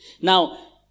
Now